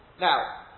Now